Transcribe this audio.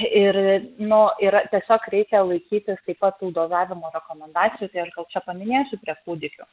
ir nuo yra tiesiog reikia laikytis taip pat tų dozavimo rekomendacijų tai aš gal čia paminėsiu prie kūdikių